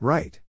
Right